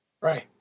right